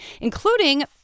including